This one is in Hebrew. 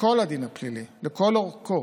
בכל הדין הפלילי, לכל אורכו,